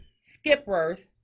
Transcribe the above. Skipworth